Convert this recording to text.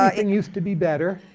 ah and used to be better.